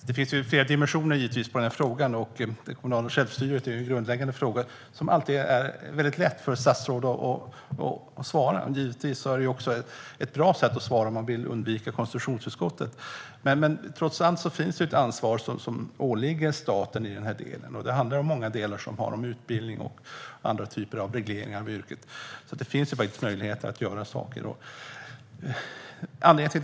Fru ålderspresident! Det finns givetvis flera dimensioner av frågan. Det kommunala självstyret är grundläggande, och det är alltid lätt för ett statsråd att bara hänvisa till det. Självklart är det även ett bra sätt att svara om man vill undvika konstitutionsutskottet. Trots allt finns dock ett ansvar som åligger staten i denna del. Det handlar om sådant som har med utbildning och regleringar av yrket att göra. Det finns alltså möjligheter att göra saker.